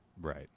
Right